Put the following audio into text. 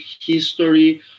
history